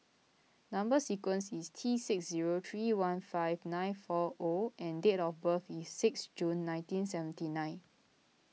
Number Sequence is T six zero three one five nine four O and date of birth is sixth June nineteen seventy nine